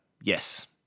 yes